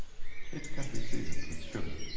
it can be seasoned with sugar.